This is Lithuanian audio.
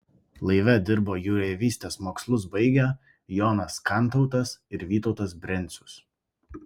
laive dirbo jūreivystės mokslus baigę jonas kantautas ir vytautas brencius